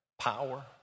power